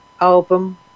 album